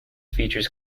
features